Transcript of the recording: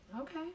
Okay